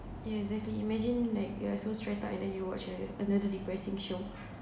yeah exactly imagine like you are so stressed lah and then you watch uh another depressing show